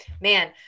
man